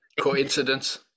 coincidence